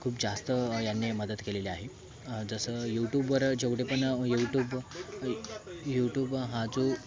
खूप जास्त यांनी मदत केलेली आहे जसं युटूबवर जेवढे पण युटूब हा जो